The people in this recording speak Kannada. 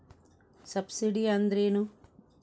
ಸಬ್ಸಿಡಿ ಅಂದ್ರೆ ಏನು?